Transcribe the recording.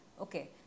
okay